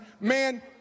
man